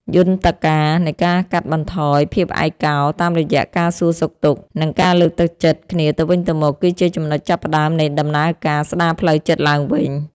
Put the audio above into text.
យន្តការនៃការកាត់បន្ថយភាពឯកោ តាមរយៈការសួរសុខទុក្ខ និងការលើកទឹកចិត្តគ្នាទៅវិញទៅមក គឺជាចំណុចចាប់ផ្ដើមនៃដំណើរការស្ដារផ្លូវចិត្តឡើងវិញ។